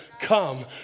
come